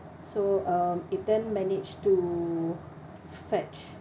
so um it then managed to to fetch